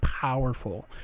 powerful